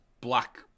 black